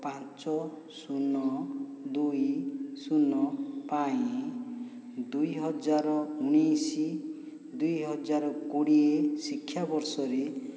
ପାଞ୍ଚ ଶୂନ ଦୁଇ ଶୂନ ପାଇଁ ଦୁଇ ହଜାର ଉଣେଇଶ ଦୁଇ ହଜାର କୋଡ଼ିଏ ଶିକ୍ଷାବର୍ଷରେ